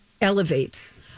elevates